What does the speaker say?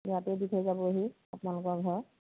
ইয়াতে দি থৈ যাবহি আপোনালোকৰ ঘৰত